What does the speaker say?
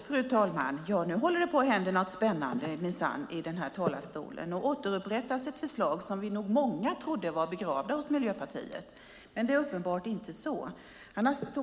Fru talman! Nu håller det minsann på att ske något spännande från talarstolen. Här återupprättas ett förslag som många trodde var begravt hos Miljöpartiet. Det är uppenbart inte så.